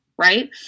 right